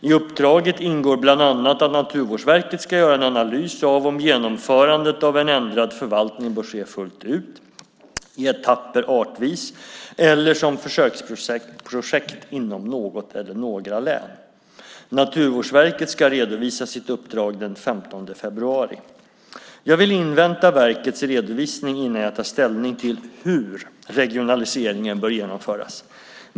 I uppdraget ingår bland annat att Naturvårdsverket ska göra en analys av om genomförandet av en ändrad förvaltning bör ske fullt ut, i etapper artvis eller som försöksprojekt inom något eller några län. Naturvårdsverket ska redovisa sitt uppdrag den 15 februari. Jag vill invänta verkets redovisning innan jag tar ställning till hur regionaliseringen bör genomföras.